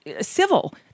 civil